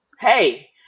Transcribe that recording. hey